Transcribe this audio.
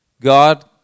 God